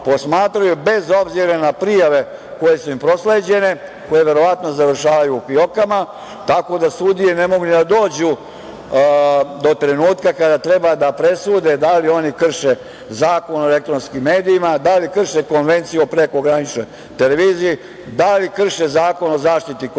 bez obzira na prijave koje su im prosleđene, koje verovatno završavaju u fiokama. Tako da sudije ne mogu ni da dođu do trenutka kada treba da presude da li oni krše Zakon o elektronskim medijima, da li krše Konvenciju o prekograničnoj televiziji, da li krše Zakon o zaštiti konkurencije